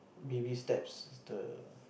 baby steps the